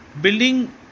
building